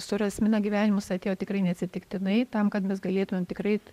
su rasmina gyvenimus atėjo tikrai neatsitiktinai tam kad mes galėtumėm tikrai